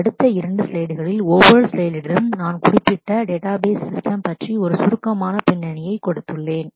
எனவே அடுத்த இரண்டு ஸ்லைடுகளில் ஒவ்வொரு ஸ்லைடிலும் நான் குறிப்பிட்ட டேட்டாபேஸ் சிஸ்டம் database systems பற்றி ஒரு சுருக்கமான பின்னணியைக் கொடுத்துள்ளனர்